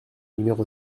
numéro